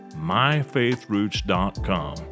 MyFaithRoots.com